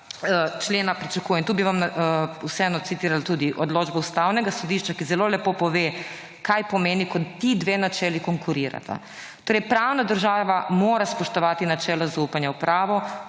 člena pričakuje. Tukaj bi vam vseeno citirala tudi odločbo Ustavnega sodišča, ki zelo lepo pove kaj pomeni, ko ti dve načeli konkurirata. Torej pravna država mora spoštovati načelo zaupanja v pravo,